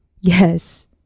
Yes